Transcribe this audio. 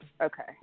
Okay